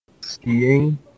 Skiing